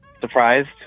surprised